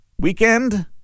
Weekend